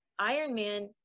Ironman